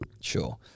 Sure